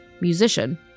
musician